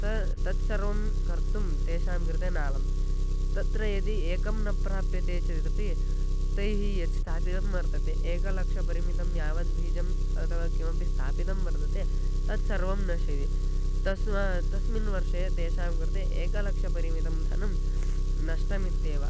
तत् तत्सर्वं कर्तुं तेषां कृते नालं तत्र यदि एकं न प्राप्यते चेदपि तैः यत् स्थापितं वर्तते एकलक्षपरिमितं यावत् बीजानि अतवा किमपि स्थापितं वर्तते तत्सर्वं नश्यति तस्मात् तस्मिन् वर्षे तेषां कृते एकलक्षपरिमितं धनं नष्टमित्येव